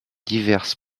diverses